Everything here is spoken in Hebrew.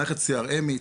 מערכת CRMית,